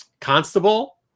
constable